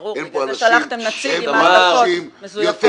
ברור, בגלל זה שלחתם נציג עם מעטפות מזויפות.